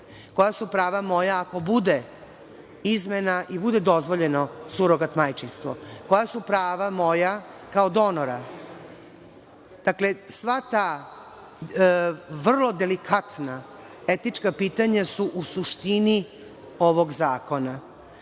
Koja su prava moja ako bude izmena i bude dozvoljeno surogat majčinstvo? Koja su prava moja kao donora? Dakle, sva ta vrlo delikatna etička pitanja su u suštini ovog zakona. Meni